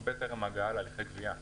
הרבה יותר מאשר הגעה להליכי גבייה חמורים.